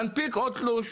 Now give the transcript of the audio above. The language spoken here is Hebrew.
תנפיק עוד תלוש.